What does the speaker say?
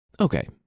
Okay